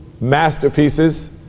masterpieces